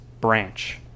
branch